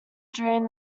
during